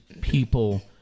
people